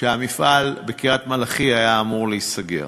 שהמפעל בקריית-מלאכי היה אמור להיסגר